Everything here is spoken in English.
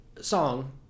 song